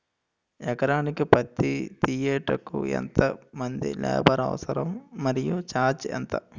ఎకరానికి పత్తి తీయుటకు ఎంత మంది లేబర్ అవసరం? మరియు ఛార్జ్ ఎంత?